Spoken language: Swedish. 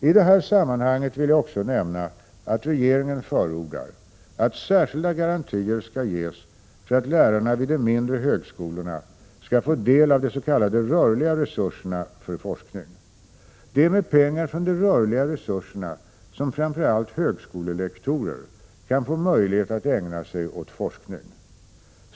I det här sammanhanget vill jag också nämna att regeringen förordar att särskilda garantier skall ges för att lärarna vid de mindre högskolorna skall få del av de s.k. rörliga resurserna för forskning. Det är med pengar från de rörliga resurserna som framför allt högskolelektorer kan få möjlighet att ägna sig åt forskning.